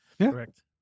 Correct